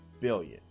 billion